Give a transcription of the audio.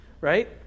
right